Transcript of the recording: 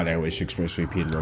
i wish expressvpn